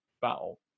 battle